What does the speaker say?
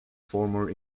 former